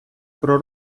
про